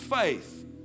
faith